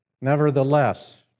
Nevertheless